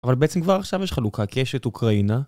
אבל בעצם כבר עכשיו יש חלוקה כי יש את אוקראינה